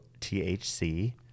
THC